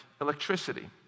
electricity